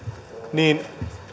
niin